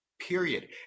period